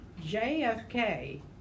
JFK